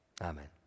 Amen